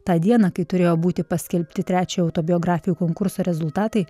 tą dieną kai turėjo būti paskelbti trečiojo autobiografijų konkurso rezultatai